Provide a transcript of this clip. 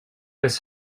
was